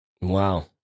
Wow